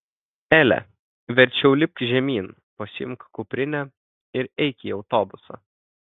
ele verčiau lipk žemyn pasiimk kuprinę ir eik į autobusą